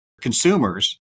consumers